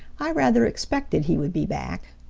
i rather expected he would be back.